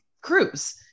Cruise